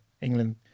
England